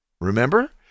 Remember